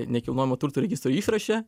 nekilnojamo turto registro išraše